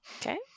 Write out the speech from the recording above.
Okay